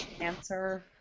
answer